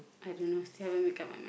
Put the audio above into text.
I dunno still haven't make up my mind